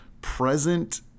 present